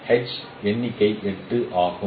H எண்ணிக்கை 8 ஆகும்